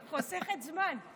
חוסכת זמן.